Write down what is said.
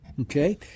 Okay